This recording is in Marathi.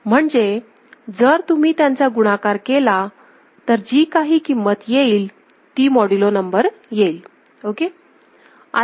म्हणजे जर तुम्ही त्यांचा गुणाकार केला तर जी काही किंमत येईल तो मॉड्युलो नंबर येईल ओके